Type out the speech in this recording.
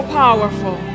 powerful